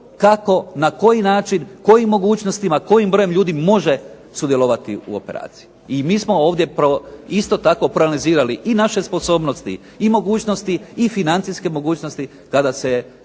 kako, na koji način, kojim mogućnostima, kojim brojem ljudi može sudjelovati u operaciji. I mi smo ovdje isto tako proanalizirali i naše sposobnosti i mogućnosti i financijske mogućnosti kada se